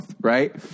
right